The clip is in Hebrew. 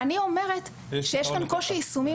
אני אומרת שיש כאן קושי יישומי